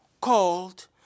called